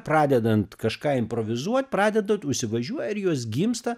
pradedant kažką improvizuot pradeda įsivažiuot ir jos gimsta